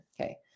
Okay